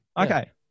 Okay